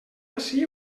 ací